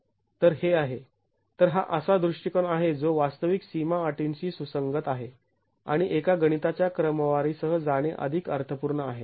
तर हे आहे तर हा असा दृष्टिकोन आहे जो वास्तविक सीमा अटींशी सुसंगत आहे आणि एका गणिताच्या क्रमवारी सह जाणे अधिक अर्थपूर्ण आहे